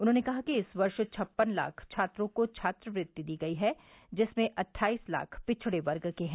उन्होंने कहा कि इस वर्ष छप्पन लाख छात्रों को छात्रवृत्ति दी गई है जिसमें अट्ठाइस लाख पिछड़े वर्ग के हैं